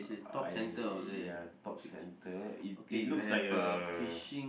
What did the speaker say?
I ya top center it it looks like uh